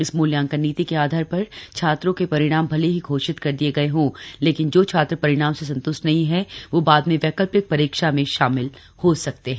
इस मूल्यांकन नीति के आधार पर छात्रों के परिणाम भले ही घोषित कर दिये गए हों लेकिन जो छात्र परिणाम से संतुष्ट नहीं हैं वो बाद में वैकल्पिक परीक्षा में शामिल हो सकते हैं